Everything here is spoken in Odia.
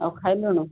ଆଉ ଖାଇଲୁଣୁ